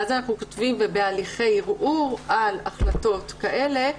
ואז אנחנו כותבים: ובהליכי ערעור על החלטות כאלה,